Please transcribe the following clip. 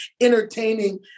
entertaining